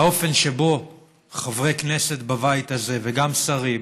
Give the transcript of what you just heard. האופן שבו חברי כנסת בבית הזה, וגם שרים,